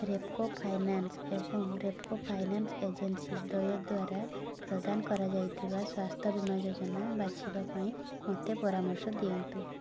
Repco finance ଏବଂ Repco finance agency ଦ୍ୱୟ ଦ୍ଵାରା ପ୍ରଦାନ କରାଯାଇଥିବା ସ୍ୱାସ୍ଥ୍ୟ ବୀମା ଯୋଜନା ବାଛିବା ପାଇଁ ମୋତେ ପରାମର୍ଶ ଦିଅନ୍ତୁ